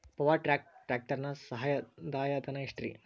Power track ಟ್ರ್ಯಾಕ್ಟರನ ಸಂದಾಯ ಧನ ಎಷ್ಟ್ ರಿ?